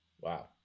Wow